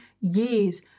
years